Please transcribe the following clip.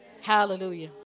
Hallelujah